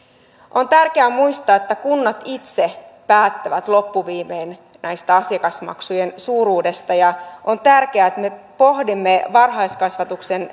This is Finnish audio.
on tärkeää muistaa että kunnat itse päättävät loppuviimein näiden asiakasmaksujen suuruudesta ja on tärkeää että me pohdimme varhaiskasvatuksen